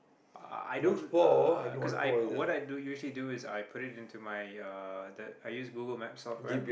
i don't uh cause I what i do usually do I put it into my uh the~ I use Google Maps software